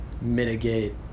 mitigate